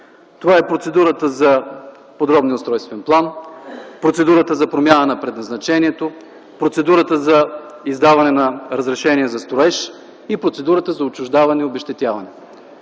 Това са процедурата за подробния устройствен план, процедурата за промяна на предназначението, процедурата за издаване на разрешение за строеж и процедурата за отчуждаване и обезщетяване.